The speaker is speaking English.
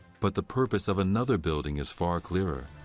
but the purpose of another building is far clearer.